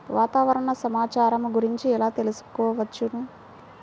వాతావరణ సమాచారము గురించి ఎలా తెలుకుసుకోవచ్చు?